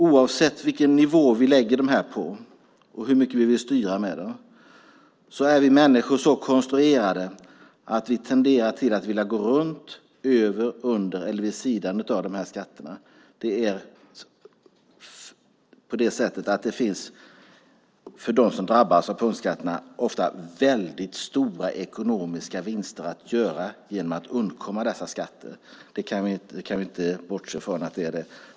Oavsett vilken nivå vi lägger punktskatterna på och hur mycket vi vill styra med dem är vi människor så konstruerade att vi tenderar att vilja gå runt, över, under eller vid sidan av skatterna. För dem som drabbas av punktskatterna finns det ofta väldigt stora ekonomiska vinster att göra genom att undkomma skatterna. Det kan vi inte bortse från.